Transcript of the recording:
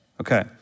Okay